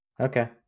Okay